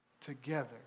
together